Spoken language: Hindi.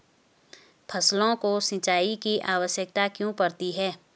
फसलों को सिंचाई की आवश्यकता क्यों पड़ती है?